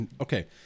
Okay